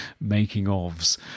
making-ofs